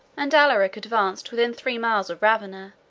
and alaric advanced within three miles of ravenna,